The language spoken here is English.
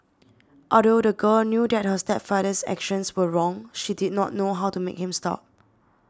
although the girl knew that her stepfather's actions were wrong she did not know how to make him stop